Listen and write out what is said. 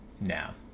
now